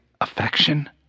affection